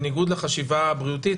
בניגוד לחשיבה הבריאותית,